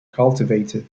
cultivated